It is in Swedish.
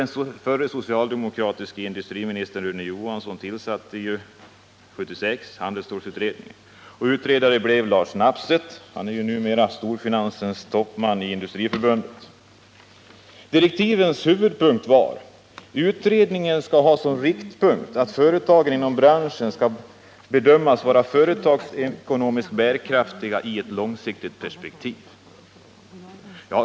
Den förre socialdemokratiske industriministern Rune Johansson tillsatte 1976 handelsstålsutredningen. Utredare blev Lars Nabseth — numera storfinansens toppman i Industriförbundet. Direktivens huvudpunkt var att utredningen skulle ha som riktpunkt att företagen inom branschen skulle bedömas vara företagsekonomiskt bärkraftiga i ett långsiktigt perspektiv.